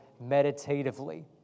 meditatively